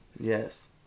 Yes